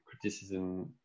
criticism